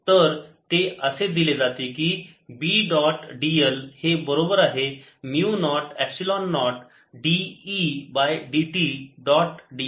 तर ते असे दिले जाते की B डॉट dl हे बरोबर आहे mu naught epsilon naught dE by dt dot ds